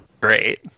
great